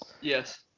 Yes